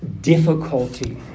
difficulty